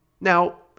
Now